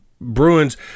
Bruins